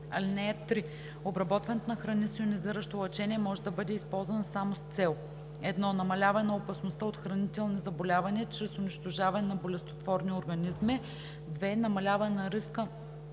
лъчение. (3) Обработването на храни с йонизиращо лъчение може да бъде използвано само с цел: 1. намаляване на опасността от хранителни заболявания чрез унищожаване на болестотворни организми; 2. намаляване на риска